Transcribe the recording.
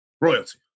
Royalty